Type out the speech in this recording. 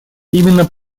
именно